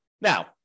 Now